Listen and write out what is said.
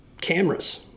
cameras